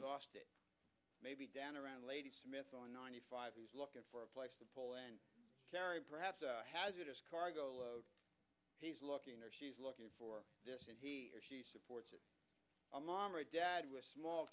last may be down around lady smith on ninety five he's looking for a place to pull and carry perhaps a hazardous cargo load he's looking or she's looking for he or she supports a mom or dad with small